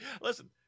listen